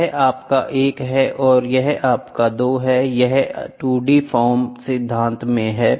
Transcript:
यह आपका 1 है और यह आपका 2 है यह 2 डी फॉर्म सिद्धांतों में है